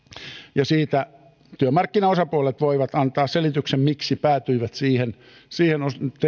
ja työmarkkinaosapuolet voivat antaa selityksen miksi päätyivät siihen siihen